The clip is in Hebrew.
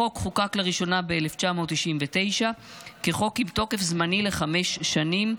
החוק חוקק לראשונה ב-1999 כחוק עם תוקף זמני לחמש שנים,